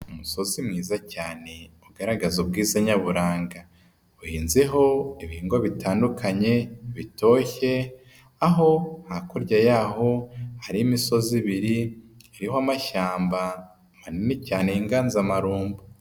Umusozi mwiza cyane ugaragaze ubwiza nyaburanga, uhinzeho ibigo bitandukanye bitoshye, aho hakurya y'aho hari imisozi ibiri iriho amashyamba manini cyane y'inganzamarumbo.